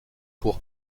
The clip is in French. pour